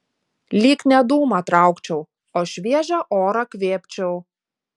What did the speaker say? lyg ne dūmą traukčiau o šviežią orą kvėpčiau